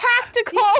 Tactical